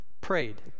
Prayed